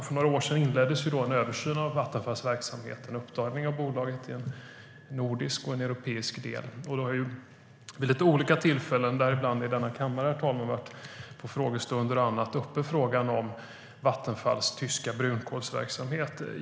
För några år sedan inleddes en översyn av Vattenfalls verksamhet och en uppdelning av bolaget i en nordisk och en europeisk del. Vid olika tillfällen, däribland i denna kammare, herr talman, vid frågestunder och annat, har frågan varit uppe om Vattenfalls tyska brunkolsverksamhet.